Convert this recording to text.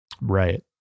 Right